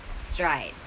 stride